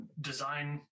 design